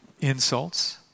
insults